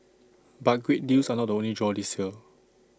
but great deals are not the only draw this year